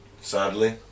sadly